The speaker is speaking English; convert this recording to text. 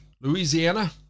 Louisiana